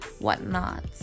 whatnot